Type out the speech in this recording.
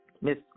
Miss